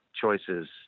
choices